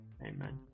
Amen